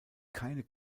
keine